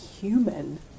human